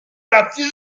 rację